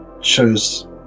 shows